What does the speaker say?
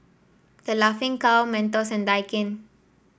The Laughing Cow Mentos and Daikin